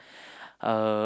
uh